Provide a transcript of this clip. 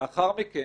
לאחר מכן,